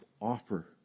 offer